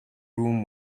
room